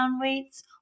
weights